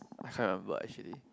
I can't remember actually